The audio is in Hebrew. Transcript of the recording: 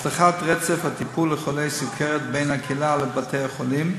הבטחת רצף הטיפול לחולי סוכרת בין הקהילה לבתי-החולים,